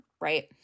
right